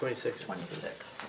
twenty six twenty six